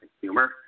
humor